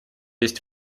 есть